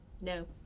No